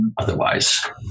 otherwise